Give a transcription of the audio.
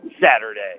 Saturday